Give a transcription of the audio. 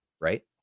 right